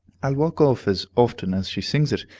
i'll walk off as often as she sings it.